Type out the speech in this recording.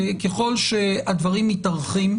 ככל שהדברים מתארכים,